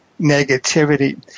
negativity